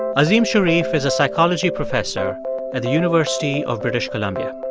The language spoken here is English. azim shariff is a psychology professor at the university of british columbia